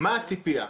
מה הציפייה?